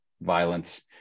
violence